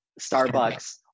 Starbucks